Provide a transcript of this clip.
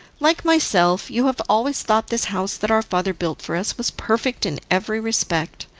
like myself, you have always thought this house that our father built for us was perfect in every respect,